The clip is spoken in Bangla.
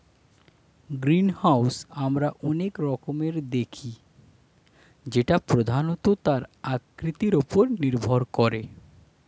গ্রিনহাউস আমরা অনেক রকমের দেখি যেটা প্রধানত তার আকৃতির ওপর নির্ভর করে